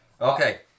Okay